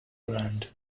brand